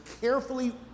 carefully